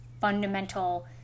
fundamental